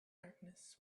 darkness